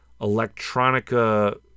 electronica